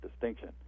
distinction